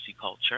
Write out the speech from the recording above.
culture